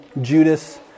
Judas